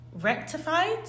rectified